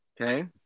okay